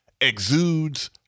exudes